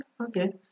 okay